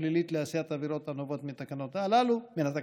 הפלילית לעשיית עבירות הנובעות מן התקנות הללו,